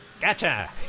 Gotcha